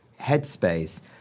headspace